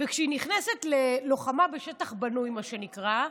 כשהיא נכנסת ללוחמה בשטח בנוי, מה שנקרא,